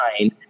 nine